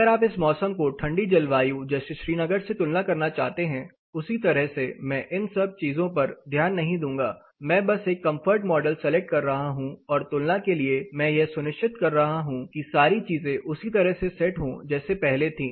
अगर आप इस मौसम को ठंडी जलवायु जैसे श्रीनगर से तुलना करना चाहते है उसी तरह से मैं इन सब चीजों पर ध्यान नहीं दूंगा मैं बस एक कंफर्ट मॉडल सेलेक्ट कर रहा हूं और तुलना के लिए मैं यह सुनिश्चित कर रहा हूं कि सारी चीजें उसी तरह से सेट हो जैसे पहले थी